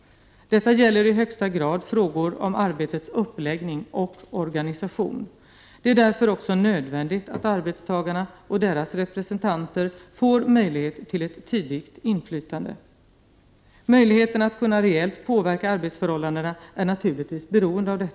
Detta gäller i högsta grad frågor om arbetets uppläggning och organisation. Det är därför också nödvändigt att arbetstagarna och deras representanter får möjlighet till ett tidigt inflytande. Möjligheterna att kunna — Prot. 1988/89:32 reellt påverka arbetsförhållandena är naturligtvis beroende av detta.